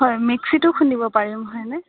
হয় মিক্সিতো খুন্দিব পাৰিম হয়নে